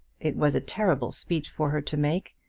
it was a terrible speech for her to make,